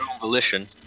volition